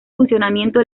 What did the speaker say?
funcionamiento